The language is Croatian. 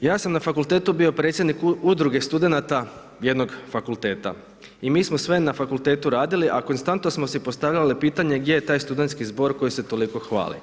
Ja sam na fakultetu bio predsjednik udruge studenata jednog fakulteta i mi smo sve na fakultetu radili, a konstantno smo si postavljali pitanje gdje je taj studentski zbor koji se toliko hvali.